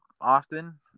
often